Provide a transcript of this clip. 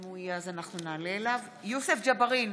אינו נוכח יוסף ג'בארין,